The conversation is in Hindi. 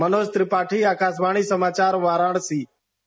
मनोज त्रिपाठी आकाशवाणी समाचार चन्दौली